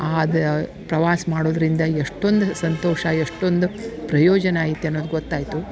ಅದು ಪ್ರವಾಸ ಮಾಡೋದರಿಂದ ಎಷ್ಟೊಂದು ಸಂತೋಷ ಎಷ್ಟೊಂದು ಪ್ರಯೋಜನ ಐತೆ ಅನ್ನೋದು ಗೊತ್ತಾಯಿತು